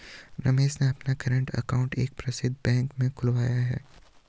रमेश ने अपना current account एक प्रसिद्ध बैंक में खुलवाया है